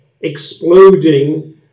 exploding